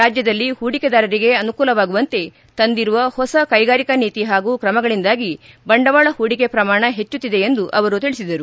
ರಾಜ್ಯದಲ್ಲಿ ಹೂಡಿಕೆದಾರರಿಗೆ ಅನುಕೂಲವಾಗುವಂತೆ ತಂದಿರುವ ಹೊಸ ಕೈಗಾರಿಕಾ ನೀತಿ ಹಾಗೂ ಕ್ರಮಗಳಿಂದಾಗಿ ಬಂಡವಾಳ ಹೂಡಿಕೆ ಪ್ರಮಾಣ ಹೆಚ್ಚುತ್ತಿದೆ ಎಂದು ತಿಳಿಸಿದರು